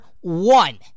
one